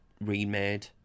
remade